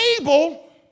able